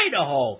Idaho